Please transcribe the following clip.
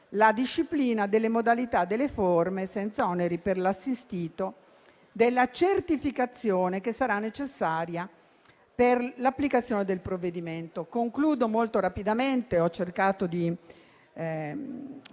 la disciplina delle modalità e delle forme, senza oneri per l'assistito, della certificazione che sarà necessaria per l'applicazione del provvedimento. Concludo molto rapidamente: ho cercato di